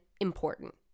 important